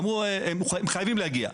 אמרו שהם חייבים להגיע,